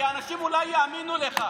כי האנשים אולי יאמינו לך.